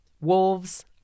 Wolves